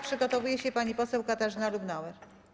Przygotowuje się pani poseł Katarzyna Lubnauer.